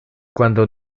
cuando